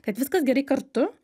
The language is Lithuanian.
kad viskas gerai kartu